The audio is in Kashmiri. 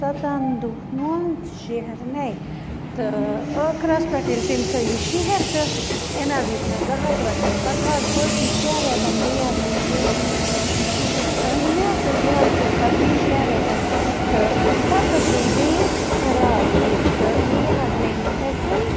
سَتن دۄہن شیرنے تہٕ ٲخرس پٮ۪ٹھ ییٚلہِ تٔمۍ سۄ یہِ شِہِہر تہٕ امہِ حظ ہٮ۪تۍ مےٚ زٕ ہَتھ رۄپیہِ پتہٕ حظ پٔچ یہِ شٮ۪ن رٮ۪تن بیٚیہِ حظ یہِ شیٖرِتھ أنۍ مےٚ تہٕ یہِ حظ پٔچ پتہٕ بیٚیہِ شٮ۪ن رٮ۪تن تہٕ پتہٕ حظ گٔے یہِ بیٚیہِ خراب تہٕ نہ حظ مےٚ یہِ یِتھے کٔنۍ